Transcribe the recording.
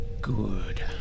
Good